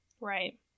Right